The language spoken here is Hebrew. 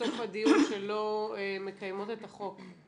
בסוף הדיון, שלא מקיימות את החוק,